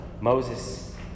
Moses